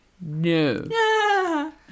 No